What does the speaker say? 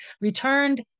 returned